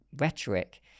rhetoric